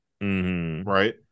Right